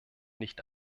nicht